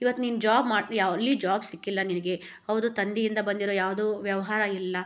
ಇವತ್ತು ನೀನು ಜಾಬ್ ಮಾಡಿ ಎಲ್ಲಿ ಜಾಬ್ ಸಿಕ್ಕಿಲ್ಲ ನಿನಗೆ ಹೌದು ತಂದೆಯಿಂದ ಬಂದಿರೋ ಯಾವುದೋ ವ್ಯವಹಾರ ಇಲ್ಲ